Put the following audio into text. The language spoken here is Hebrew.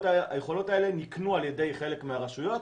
היכולות האלה נקנו על-ידי חלק מהרשויות,